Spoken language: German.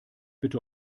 bitte